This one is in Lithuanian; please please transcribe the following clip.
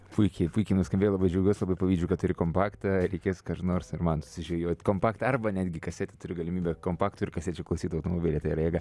puikiai puikiai nuskambėjo labai džiaugiuos labai pavydžiu kad turi kompaktą reikės kada nors ir man susižvejot kompaktą arba netgi kasetę turiu galimybę kompaktų ir kasečių klausyt automobilyje tai yra jėga